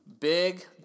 Big